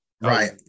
Right